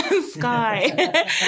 sky